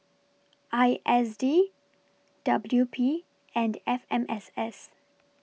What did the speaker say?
I S D W P and F M S S